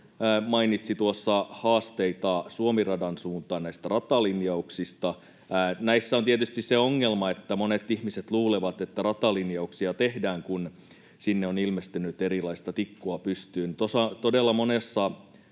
mainitsi tuossa haasteita Suomi-radan suuntaan näistä ratalinjauksista. Näissä on tietysti se ongelma, että monet ihmiset luulevat, että ratalinjauksia tehdään, kun sinne on ilmestynyt erilaista tikkua pystyyn. Todella monessa